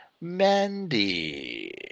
Mandy